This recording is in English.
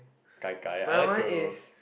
gai gai I like to